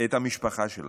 את המשפחה שלך,